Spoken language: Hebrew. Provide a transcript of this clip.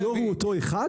שהיו"ר הוא אותו אחד,